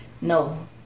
no